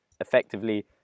effectively